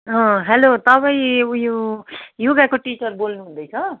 hello तपाईँ उयो योगाको टिचर बोल्नुहुँदैछ